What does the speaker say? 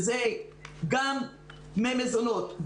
זה גם דמי מזונות,